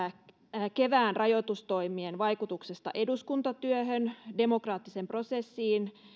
kevään rajoitustoimien vaikutuksia eduskuntatyöhön demokraattiseen prosessiin